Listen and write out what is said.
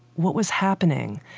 what was happening?